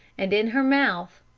and in her mouth,